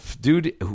dude